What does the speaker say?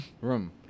Room